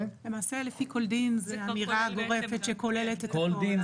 --- למעשה לפי כל דין זאת אמירה גורפת שכוללת את הכל.